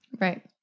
Right